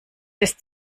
ist